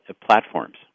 platforms